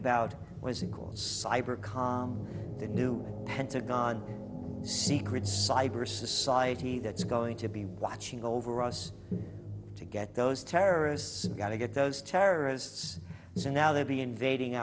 com the new pentagon secret cyber society that's going to be watching over us to get those terrorists got to get those terrorists and now they'd be invading